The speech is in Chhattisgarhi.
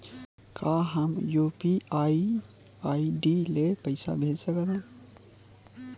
का हम यू.पी.आई आई.डी ले पईसा भेज सकथन?